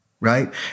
Right